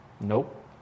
Nope